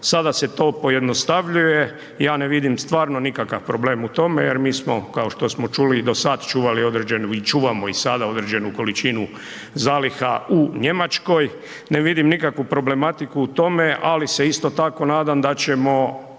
sada se to pojednostavljuje, ja ne vidim stvarno nikakav problem u tome jer mi smo, kao što smo čuli i do sad, čuvali i određenu i čuvamo i sada određenu količinu zaliha u Njemačkoj, ne vidim nikakvu problematiku u tome, ali se isto tako nadam da ćemo